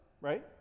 right